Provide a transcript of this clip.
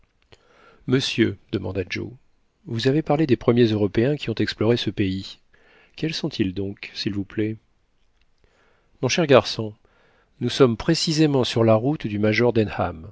monsieur demanda joe vous avez parlé des premiers européens qui ont exploré ce pays quels sont-ils donc s'il vous plaît mon cher garçon nous sommes précisément sur la route du major